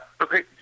okay